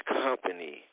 company